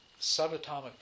subatomic